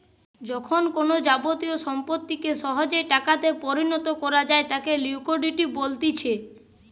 যখন কোনো যাবতীয় সম্পত্তিকে সহজে টাকাতে পরিণত করা যায় তাকে লিকুইডিটি বলতিছে